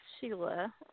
Sheila